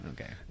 Okay